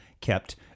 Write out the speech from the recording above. kept